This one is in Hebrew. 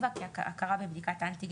(תיקון מס' 30)